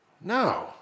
no